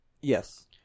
Yes